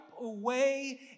away